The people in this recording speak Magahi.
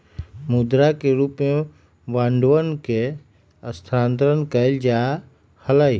मुद्रा के रूप में बांडवन के स्थानांतरण कइल जा हलय